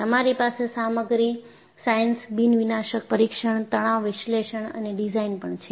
તમારી પાસે સામગ્રી સાયન્સ બિન વિનાશક પરીક્ષણ તણાવ વિશ્લેષણ અને ડિઝાઇન પણ છે